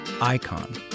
icon